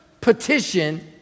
petition